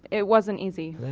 it wasn't easy.